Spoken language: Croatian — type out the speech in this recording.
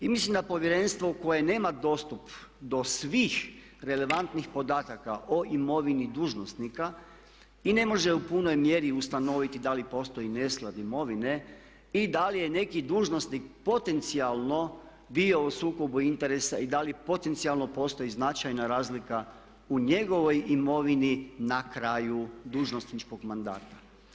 I mislim da povjerenstvo koje nema dostup do svih relevantnih podataka o imovini dužnosnika i ne može u punoj mjeri ustanoviti da li postoji nesklad imovine i da li je neki dužnosnik potencijalno bio u sukobu interesa i da li potencijalno postoji značajna razlika u njegovoj imovini na kraju dužnosničkog mandata.